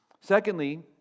Secondly